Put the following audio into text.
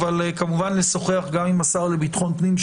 כמובן לשוחח גם עם השר לביטחון פנים,